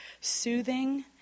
soothing